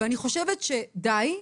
אני חושבת שדי,